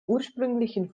ursprünglichen